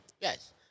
Yes